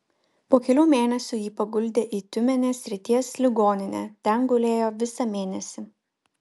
po kelių mėnesių jį paguldė į tiumenės srities ligoninę ten gulėjo visą mėnesį